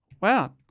Wow